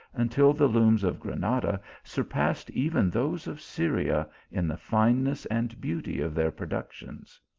until the looms of granada sur passed even those of syria in the fineness and beauty of their productions.